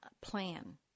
plan